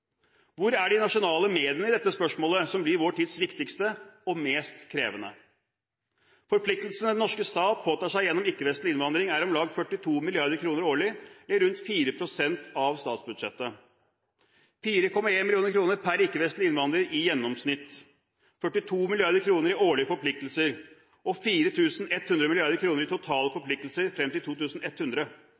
Hvor er de nasjonale mediene i dette spørsmålet som blir vår tids viktigste og mest krevende? Forpliktelsene den norske stat påtar seg gjennom ikke-vestlig innvandring, er om lag 42 mrd. kr årlig, eller rundt 4 pst. av statsbudsjettet. 4,1 mill. kr per ikke-vestlig innvandrer i gjennomsnitt, 42 mrd. kr i årlige forpliktelser og 4 100 mrd. kr i totale forpliktelser frem til 2100